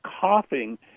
coughing